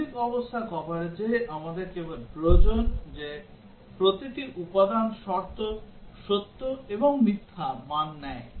মৌলিক অবস্থার কভারেজে আমাদের কেবল প্রয়োজন যে প্রতিটি উপাদান শর্ত সত্য এবং মিথ্যা মান নেয়